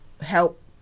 help